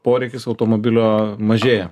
poreikis automobilio mažėja